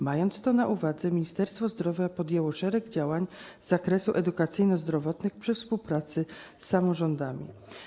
Mając to na uwadze, Ministerstwo Zdrowia podjęło szereg działań z zakresu edukacyjno-zdrowotnego przy współpracy z samorządami.